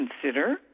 consider